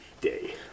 day